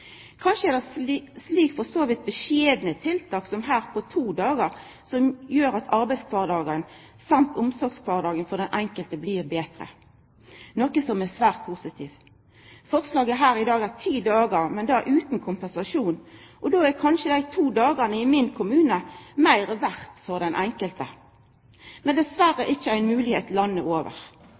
Kanskje er det slike for så vidt beskjedne tiltak – på to dagar – som gjer at arbeidskvardagen og omsorgskvardagen til den enkelte blir betre, noko som er svært positivt. Forslaget her i dag gjeld ti dagar, men då utan kompensasjon. Då er kanskje dei to dagane i min kommune meir verde for den enkelte, men det er dessverre ikkje ei moglegheit elles i landet.